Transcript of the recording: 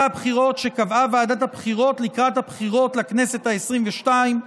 הבחירות שקבעה ועדת הבחירות לקראת הבחירות לכנסת העשרים-ושתיים,